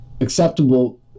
acceptable